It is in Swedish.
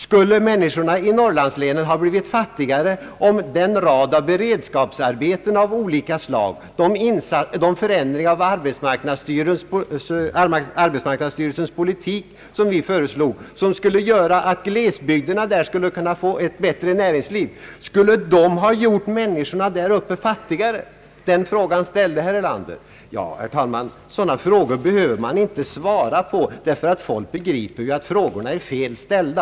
Skulle människorna i norrlandslänen ha blivit fattigare om den rad av beredskapsarbeten av olika slag, de förändringar av arbetsmarknadsstyrelsens politik som vi föreslog och som skulle göra att glesbygderna skulle få ett bättre näringsliv, genomförts? Den frågan ställde herr Erlander. Herr talman! Sådana frågor behöver man inte svara på, ty folk begriper att de är felaktigt ställda.